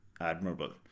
admirable